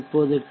இப்போது டி